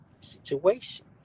situation